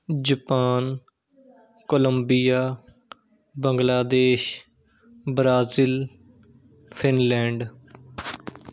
Japan Colombia Bangladesh Brazil Finland